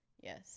Yes